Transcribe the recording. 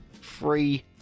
free